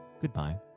goodbye